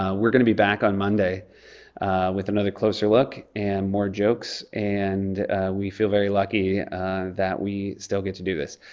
ah we're gonna be back on monday with another closer look and more jokes and we feel very lucky that we still get to do this.